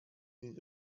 need